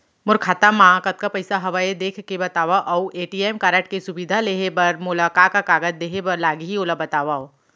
मोर खाता मा कतका पइसा हवये देख के बतावव अऊ ए.टी.एम कारड के सुविधा लेहे बर मोला का का कागज देहे बर लागही ओला बतावव?